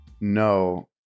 No